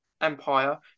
Empire